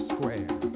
Square